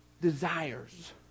desires